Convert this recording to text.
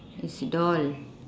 is doll